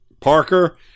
Parker